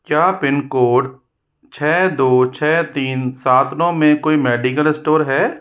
क्या pin code छ दो छ तीन सात नौ में कोई मेडिकल स्टोर है